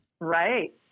Right